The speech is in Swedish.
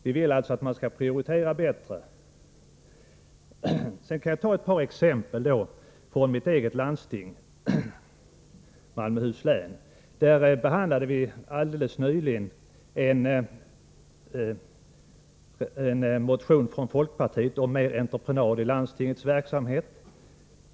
Vi vill att man skall prioritera bättre. Sedan kan jag ta ett par exempel från mitt eget landsting, Malmöhus läns landsting. Vi behandlade alldeles nyligen en motion från folkpartiet om ökad entreprenadverksamhet i landstinget.